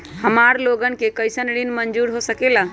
हमार लोगन के कइसन ऋण मंजूर हो सकेला?